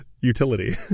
utility